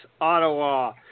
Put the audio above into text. Ottawa